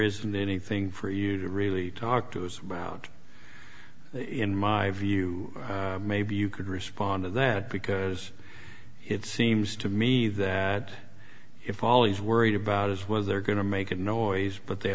isn't anything for you to really talk to us about in my view maybe you could respond to that because it seems to me that if ali is worried about his well they're going to make a noise but they